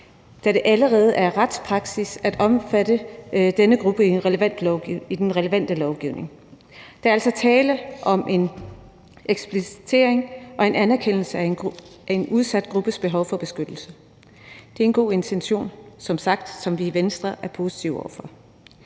da det allerede er retspraksis at omfatte denne gruppe i den relevante lovgivning. Der er altså tale om en eksplicitering og en anerkendelse af en udsat gruppes behov for beskyttelse. Det er en god intention, som vi som sagt i Venstre er positive over for.